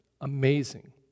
Amazing